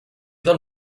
del